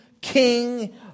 king